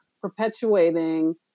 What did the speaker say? perpetuating